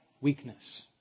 weakness